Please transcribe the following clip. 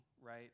right